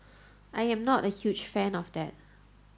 I am not a huge fan of that